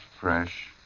fresh